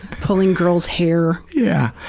pulling girls hair. yeah.